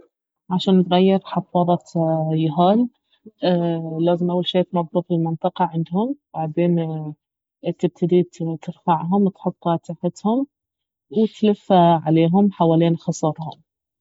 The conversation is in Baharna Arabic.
عشان تغير حفاضة يهال لازم اول شي تنظف المنطقة عندهم بعدين تتبدي ترفعهم وتحطه تحتهم وتلفه عليهم حوالين خصرهم